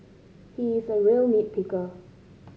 he is a real nit picker